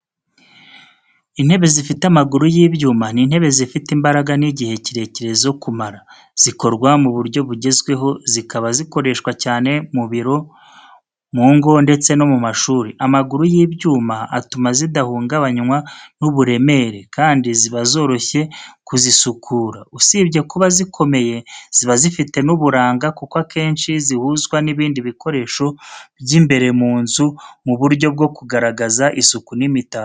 Intebe zifite amaguru y’ibyuma ni intebe zifite imbaraga n’igihe kirekire zo kumara. Zikorwa mu buryo bugezweho, zikaba zikoreshwa cyane mu biro, mu ngo ndetse no mu mashuri. Amaguru y’ibyuma atuma zidahungabanywa n’uburemere, kandi ziba zoroshye kuzisukura. Usibye kuba zikomeye, ziba zifite n’uburanga kuko akenshi zihuzwa n’ibindi bikoresho by’imbere mu nzu mu buryo bwo kugaragaza isuku n’imitako.